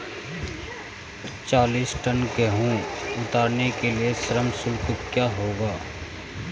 चालीस टन गेहूँ उतारने के लिए श्रम शुल्क क्या होगा?